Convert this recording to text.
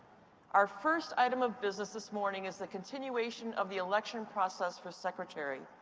our first item of business this morning is the continuation of the election process for secretary.